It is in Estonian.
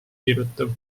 kirjutab